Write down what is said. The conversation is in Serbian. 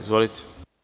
Izvolite.